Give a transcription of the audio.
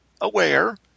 aware